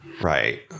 Right